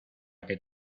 que